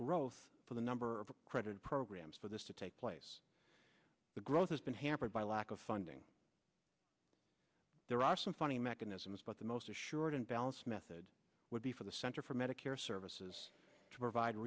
growth for the number of credit programs for this to take place the growth has been hampered by lack of funding there are some funny mechanisms but the most assured balance method would be for the center for medicare services to provide